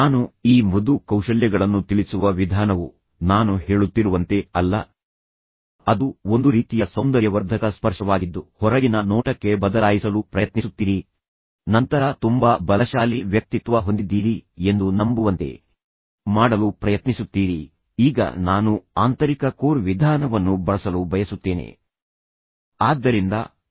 ನಾನು ಈ ಮೃದು ಕೌಶಲ್ಯಗಳನ್ನು ತಿಳಿಸುವ ವಿಧಾನವು ನಾನು ಹೇಳುತ್ತಿರುವಂತೆ ಅಲ್ಲ ಅದು ನಿಮ್ಮಲ್ಲಿ ಒಂದು ರೀತಿಯ ಸೌಂದರ್ಯವರ್ಧಕ ಸ್ಪರ್ಶವಾಗಿದ್ದು ನೀವು ಹೊರಗಿನ ನೋಟಕ್ಕೆ ಬದಲಾಯಿಸಲು ಪ್ರಯತ್ನಿಸುತ್ತೀರಿ ಮತ್ತು ನಂತರ ನೀವು ತುಂಬಾ ಬಲಶಾಲಿ ವ್ಯಕ್ತಿತ್ವ ಹೊಂದಿದ್ದೀರಿ ಎಂದು ಜನರನ್ನು ನಂಬುವಂತೆ ಮಾಡಲು ಪ್ರಯತ್ನಿಸುತ್ತೀರಿ ಈಗ ನಾನು ಆಂತರಿಕ ಕೋರ್ ವಿಧಾನವನ್ನು ಬಳಸಲು ಬಯಸುತ್ತೇನೆ ನಿಮ್ಮ ಆಂತರಿಕ ಕೋರ್ ಬಲಗೊಳ್ಳಬೇಕೆಂದು ನಾನು ಬಯಸುತ್ತೇನೆ